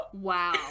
Wow